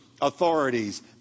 authorities